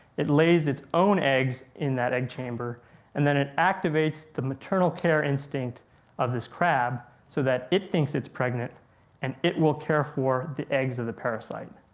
it lays its own eggs in that egg chamber and then it activates the maternal care instinct of this crab so that it thinks it's pregnant and it will care for the eggs of the parasite.